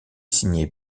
signé